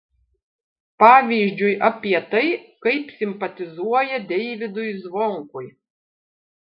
pavyzdžiui apie tai kaip simpatizuoja deivydui zvonkui